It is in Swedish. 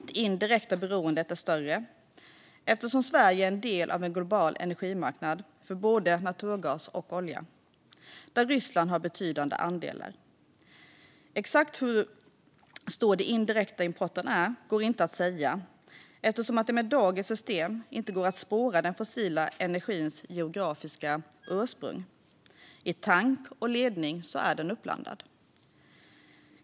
Det indirekta beroendet är större eftersom Sverige är en del av en global energimarknad för både naturgas och olja, där Ryssland har betydande andelar. Exakt hur stor den indirekta importen är går inte att säga eftersom det med dagens system inte går att spåra den fossila energins geografiska ursprung. I tank och ledning är den uppblandad.